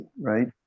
right